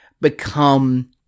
become